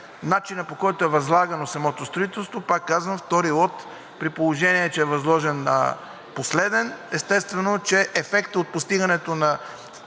начина, по който е възлагано самото строителство. Пак казвам, лот 2, при положение че е възложен последен, естествено, че ефектът от постигането на